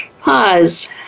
pause